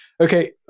Okay